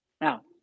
Now